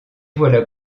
voilà